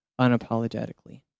unapologetically